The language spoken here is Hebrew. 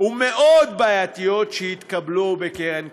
ומאוד בעייתיות שהתקבלו בקרן קיימת,